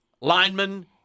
lineman